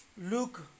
look